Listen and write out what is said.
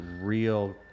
real